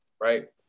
right